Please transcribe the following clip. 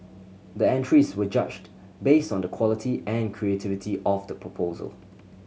the entries were judged based on the quality and creativity of the proposal